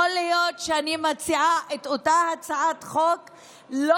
יכול להיות שאני מציעה את אותה הצעת חוק לא